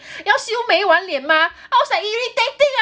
要修美碗脸吗 I was like irritating ah